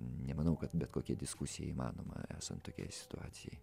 nemanau kad bet kokia diskusija įmanoma esant tokiai situacijai